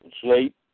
sleep